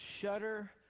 Shudder